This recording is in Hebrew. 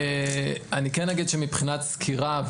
מבחינת סקירה,